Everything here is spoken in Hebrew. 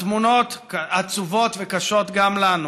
התמונות עצובות וקשות גם לנו,